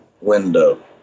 window